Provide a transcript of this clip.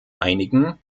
einigen